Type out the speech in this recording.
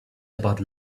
about